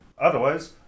Otherwise